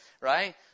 right